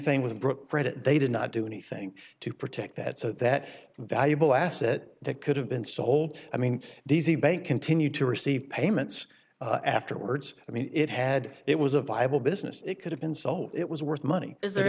credit they did not do anything to protect that so that valuable asset that could have been sold i mean these e bay continued to receive payments afterwards i mean it had it was a viable business it could have been sold it was worth money is the